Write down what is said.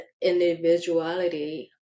individuality